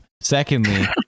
secondly